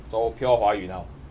so pure 华语 now